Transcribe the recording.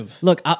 Look